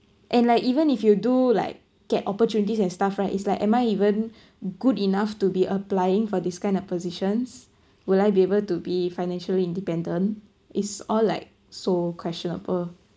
and like even if you do like get opportunities and stuff right is like am I even good enough to be applying for this kind of positions will I be able to be financially independent it's all like so questionable